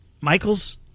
Michaels